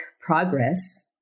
progress